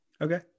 Okay